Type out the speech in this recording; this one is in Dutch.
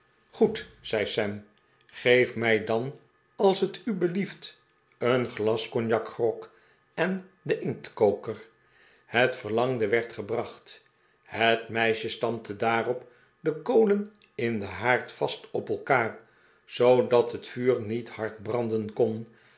goed zei sam geef mij dan als t u belieft een glas cognacgrog en den inktkoker het verlangde werd gebrachtj het meisje stampte daarop de kolen in den haard vast op elkaa'r zoodat het vuur niet hard branden kon